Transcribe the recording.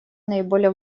наиболее